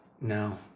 No